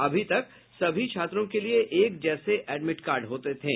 अभी तक सभी छात्रों के लिए एक जैसे एडमिड कार्ड होते थे